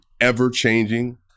ever-changing